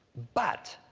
but,